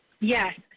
Yes